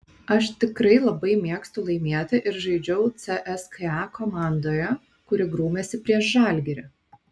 aš tikrai labai mėgstu laimėti ir žaidžiau cska komandoje kuri grūmėsi prieš žalgirį